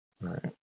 right